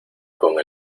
con